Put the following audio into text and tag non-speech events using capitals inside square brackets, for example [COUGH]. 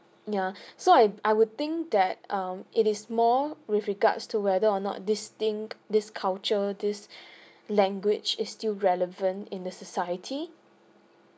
ya [BREATH] so I I would think that um it is more with regards to whether or not this thing this culture [BREATH] this language is still relevant in the society